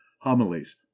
homilies